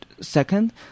second